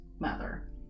mother